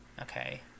Okay